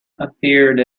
appeared